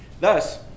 Thus